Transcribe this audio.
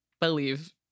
believe